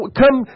come